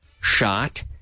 shot